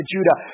Judah